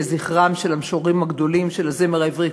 לזכרם של המשוררים הגדולים של הזמר העברי,